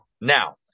Now